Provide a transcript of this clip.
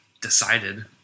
decided